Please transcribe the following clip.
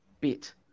bit